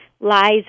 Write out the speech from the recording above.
lies